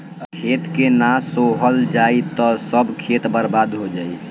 खेत के ना सोहल जाई त सब खेत बर्बादे हो जाई